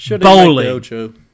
bowling